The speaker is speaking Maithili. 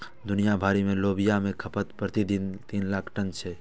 दुनिया भरि मे लोबिया के खपत प्रति दिन तीन लाख टन छै